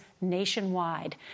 nationwide